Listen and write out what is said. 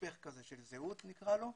משפך כזה של זהות, נקרא לו,